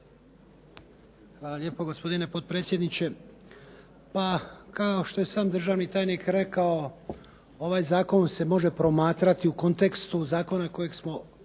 Hvala lijepo gospodine potpredsjedniče. Pa kao što je sam državni tajnik rekao ovaj zakon se može promatrati u kontekstu zakona kojeg smo